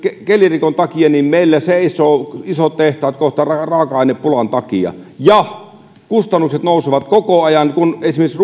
kelirikon takia meillä seisovat isot tehtaat kohta raaka ainepulan takia kustannukset nousevat koko ajan kun esimerkiksi